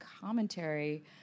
commentary